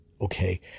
Okay